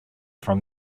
from